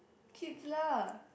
kids lah